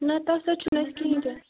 نہَ تَتھ سۭتۍ چھُنہٕ اَسہِ کِہیٖنۍ تہِ